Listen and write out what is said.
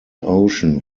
ocean